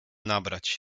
nabrać